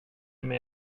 med